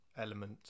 element